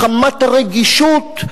מחמת הרגישות,